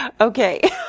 Okay